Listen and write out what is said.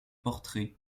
portraits